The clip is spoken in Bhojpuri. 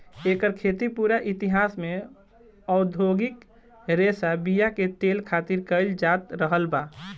एकर खेती पूरा इतिहास में औधोगिक रेशा बीया के तेल खातिर कईल जात रहल बा